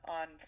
on